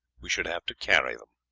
we should have to carry them.